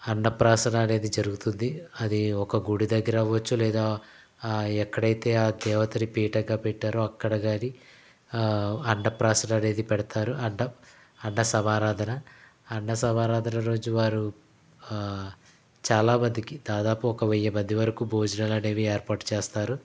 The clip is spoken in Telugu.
అన్నప్రాసన అనేది జరుగుతుంది అది ఒక గుడి దగ్గర అవచ్చు లేదా ఎక్కడైతే ఆ దేవతని పీఠంగా పెట్టారో అక్కడ కాని అన్నప్రాసన అనేది పెడతారు అన్న అన్న సమారాధన అన్న సమారాధన రోజు వారు చాలామందికి దాదాపు ఒక వెయ్యి మంది వరకు భోజనాలు అనేవి ఏర్పాటు చేస్తారు